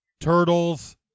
Turtles